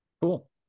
Cool